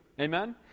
Amen